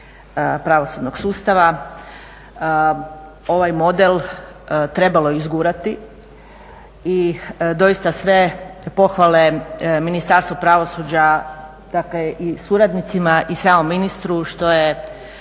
pravosudnog sustava. Ovaj model trebalo je izgurati i doista sve pohvale Ministarstvu pravosuđa i suradnicima i samom ministru što je